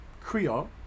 Creole